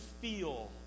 feel